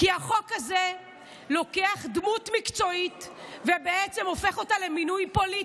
כי החוק הזה לוקח דמות מקצועית ובעצם הופך אותה למינוי פוליטי.